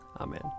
Amen